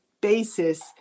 basis